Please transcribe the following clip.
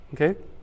okay